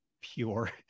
pure